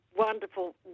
Wonderful